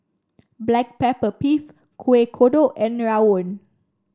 Black Pepper Beef Kueh Kodok and rawon